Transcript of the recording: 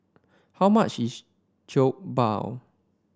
how much is Jokbal